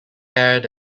aired